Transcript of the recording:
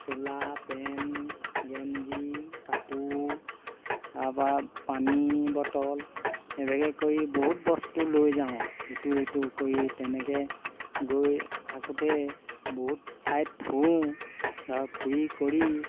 চোলা pen গেঞ্জি কাপোৰ তাৰপৰা পানী বটল এইভাগে কৰি বহুত বস্তু লৈ যাওঁ ইটো সিটো কৰি তেনেকৈ গৈ থাকোঁতে বহুত ঠাইত ফুৰোঁ ধৰক ফুৰি কৰি